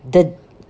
the